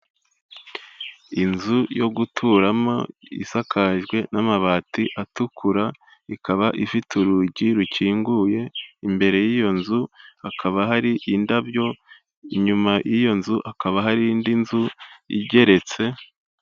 Inzu yo guturamo isakajwe n'amabati atukura ikaba ifite urugi rukinguye, imbere y'iyo nzu hakaba hari indabyo, inyuma y'iyo nzu hakaba hari indi nzu igeretse.